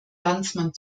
landsmann